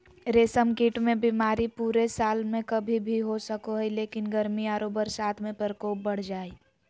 रेशम कीट मे बीमारी पूरे साल में कभी भी हो सको हई, लेकिन गर्मी आरो बरसात में प्रकोप बढ़ जा हई